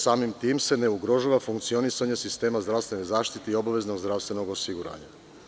Samim tim se ne ugrožava funkcionisanje sistema zdravstvene zaštite i obaveznog zdravstvenog osiguranja.